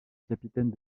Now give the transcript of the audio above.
capitaine